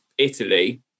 Italy